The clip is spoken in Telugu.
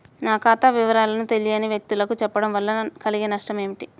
నా ఖాతా వివరాలను తెలియని వ్యక్తులకు చెప్పడం వల్ల కలిగే నష్టమేంటి?